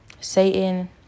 Satan